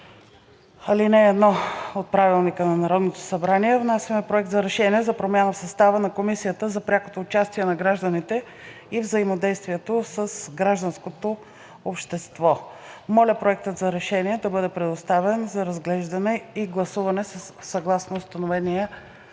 и дейността на Народното събрание внасяме Проект на решение за промяна в състава на Комисията за прякото участие на гражданите и взаимодействието с гражданското общество. Моля Проектът за решение да бъде предоставен за разглеждане и гласуване съгласно установения